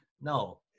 No